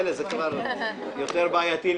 אלה זה כבר יותר בעייתי.